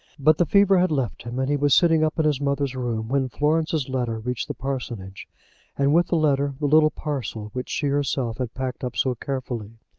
but the fever had left him, and he was sitting up in his mother's room, when florence's letter reached the parsonage and, with the letter, the little parcel which she herself had packed up so carefully.